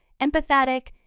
empathetic